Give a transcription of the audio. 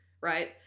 Right